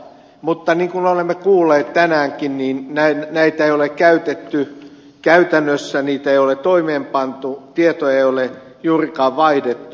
mutta niin kuin olemme kuulleet tänäänkin niin näitä ei ole käytetty käytännössä niitä ei ole toimeenpantu tietoja ei ole juurikaan vaihdettu